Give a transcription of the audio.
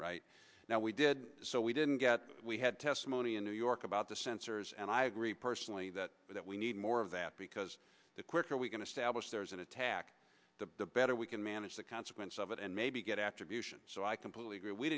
right now we did so we didn't get we had testimony in new york about the sensors and i agree personally that that we need more of that because the quicker we going to stablish there's an attack the better we can manage the consequence of it and maybe get after abuse so i completely agree we